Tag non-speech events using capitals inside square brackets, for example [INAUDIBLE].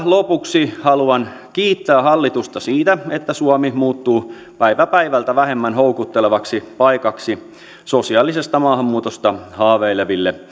lopuksi haluan kiittää hallitusta siitä että suomi muuttuu päivä päivältä vähemmän houkuttelevaksi paikaksi sosiaalisesta maahanmuutosta haaveileville [UNINTELLIGIBLE]